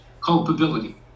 culpability